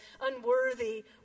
unworthy